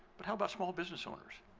but how about small business owners,